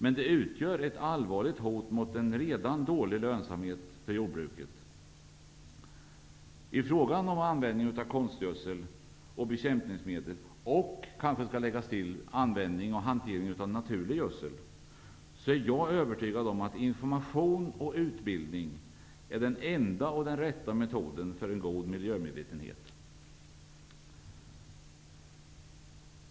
Med det utgör ett allvarligt hot mot en redan dålig lönsamhet för jordbruket. I frågan om användning av konstgödsel, bekämpningsmedel och, vilket kanske bör tilläggas, vid användning och hantering av naturlig gödsel, är jag övertygad om att information och utbildning är den enda och rätta metoden för en god miljömedvetenhet.